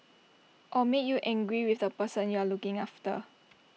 or make you angry with the person you are looking after